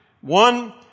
One